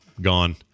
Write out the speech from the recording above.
gone